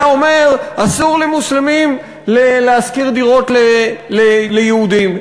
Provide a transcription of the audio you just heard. אומר: אסור למוסלמים להשכיר דירות ליהודים?